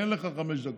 אין לך חמש דקות.